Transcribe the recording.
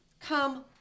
Come